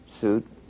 suit